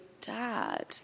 dad